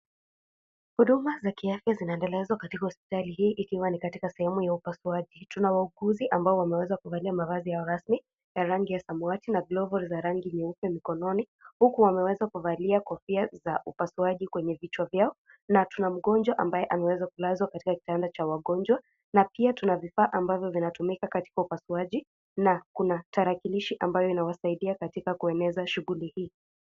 Huduma za kiafya zinaendelezwa katika hospitali hii ikiwa ni katika sehemu ya upasuaji . Tuna wauguzi ambao wameweza kuvalia mavazi yao rasmi ya rangi ya samawati na glavu za rangi nyeupe mkononi ,huku wameweza kuvalia kofia za upasuaji kwenye vichwa vyao na tuna mgonjwa ambaye ameweza kulazwa katika kitanda cha wagonjwa na pia tuna vifaa ambavyo vinatumika katika upasuaji na kuna tarakilishi ambayo inawasaidia katika kueneza shuguli hii.